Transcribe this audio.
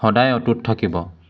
সদায় অটুট থাকিব